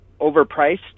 overpriced